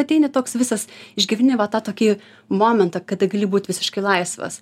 ateini toks visas išgyveni va tą tokį momentą kada gali būt visiškai laisvas